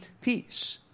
peace